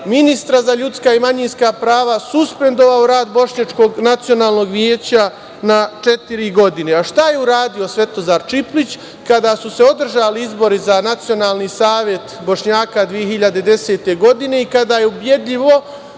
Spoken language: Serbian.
ministra za ljudska i manjinska prava suspendovao rad Bošnjačkog nacionalnog veća na četiri godine. Šta je uradio Svetozar Čiplić kada su se održali izbori za Nacionalni savet Bošnjaka 2010. godine i kada je ubedljivo